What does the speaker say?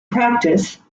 practice